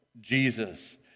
Jesus